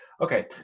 Okay